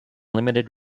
limited